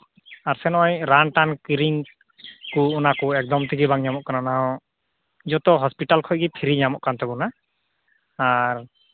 ᱟᱨᱥᱮ ᱱᱚᱜᱼᱚᱭ ᱨᱟᱱᱴᱟᱱ ᱠᱤᱨᱤᱧ ᱠᱚ ᱚᱱᱟ ᱠᱚ ᱮᱠᱫᱚᱢ ᱛᱮᱜᱮ ᱵᱟᱝ ᱧᱟᱢᱚᱜ ᱠᱟᱱᱟ ᱚᱱᱟᱦᱚᱸ ᱡᱚᱛᱚ ᱦᱚᱥᱯᱤᱴᱟᱞ ᱠᱷᱚᱡ ᱜᱮ ᱯᱷᱤᱨᱤ ᱧᱟᱢᱚᱜ ᱠᱟᱱ ᱛᱟᱵᱚᱱᱟ ᱟᱨ